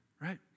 right